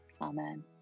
Amen